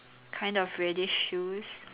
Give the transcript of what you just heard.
kind of reddish shoes